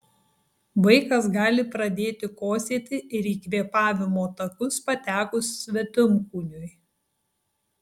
vaikas gali pradėti kosėti ir į kvėpavimo takus patekus svetimkūniui